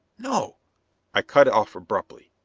no i cut off abruptly.